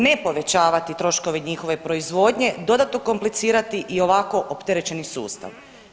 Ne povećavati troškove njihove proizvodnje, dodatno komplicirati i ovako opterećeni sustav.